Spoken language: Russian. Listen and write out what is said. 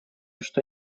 что